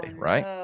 right